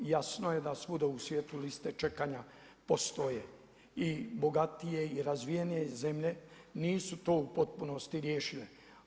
Jasno je da svuda u svijetu liste čekanja postoje i bogatije i razvijene zemlje nisu to u potpunosti riješile.